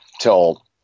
till